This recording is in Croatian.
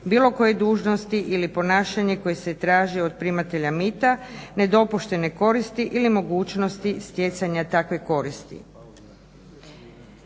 bilo koje dužnosti ili ponašanje koje se traži od primatelja mita, nedopuštene koristi ili mogućnosti stjecanja takve koristi.